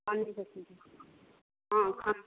खाने की चीज़ हाँ खाना